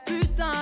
Putain